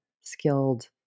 skilled